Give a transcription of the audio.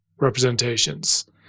representations